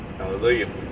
Hallelujah